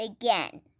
again